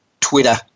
Twitter